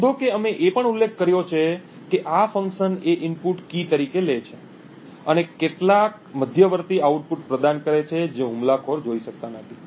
નોંધો કે અમે એ પણ ઉલ્લેખ કર્યો છે કે આ ફંક્શન એ ઇનપુટ કી તરીકે લે છે અને કેટલાક મધ્યવર્તી આઉટપુટ પ્રદાન કરે છે જે હુમલાખોર જોઈ શકતા નથી